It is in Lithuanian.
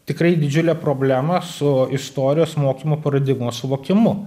tikrai didžiulę problemą su istorijos mokymo paradigmos suvokimu